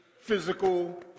physical